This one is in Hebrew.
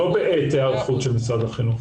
לא "בעת היערכות של משרד החינוך".